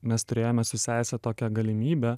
mes turėjome su sese tokią galimybę